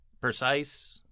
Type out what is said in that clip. precise